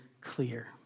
clear